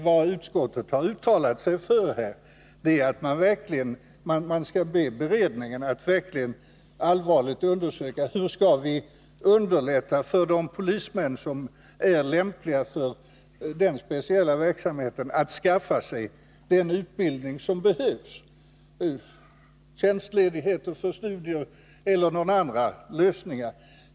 Vad utskottet uttalat sig för är att man skall be beredningen att verkligen allvarligt undersöka hur vi skall kunna underlätta för de polismän som är lämpliga för den här speciella verksamheten att skaffa sig den utbildning som behövs — genom tjänstledighet för studier eller genom några andra lösningar.